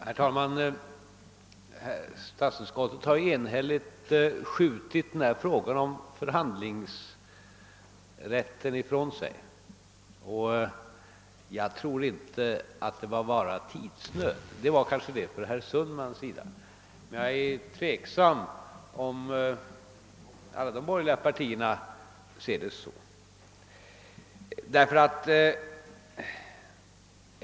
Herr talman! Statsutskottet har enhälligt skjutit frågan om förhandlingsrätten ifrån sig och jag tror inte att skälet enbart var tidsnöd. För herr Sundman var det kanske det, men jag är tveksam om man inom alla borgerliga partier ser saken så.